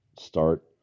start